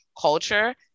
culture